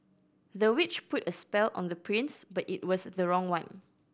the witch put a spell on the prince but it was the wrong one